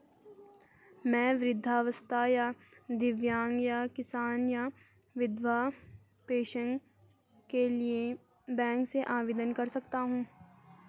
मैं वृद्धावस्था या दिव्यांग या किसान या विधवा पेंशन के लिए बैंक से आवेदन कर सकता हूँ?